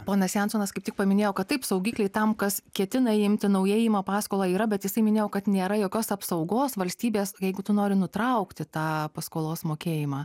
ponas jansonas kaip tik paminėjo kad taip saugikliai tam kas ketina imti naujai ima paskolą yra bet jisai minėjo kad nėra jokios apsaugos valstybės jeigu tu nori nutraukti tą paskolos mokėjimą